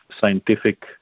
scientific